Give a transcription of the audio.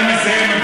אני מסיים,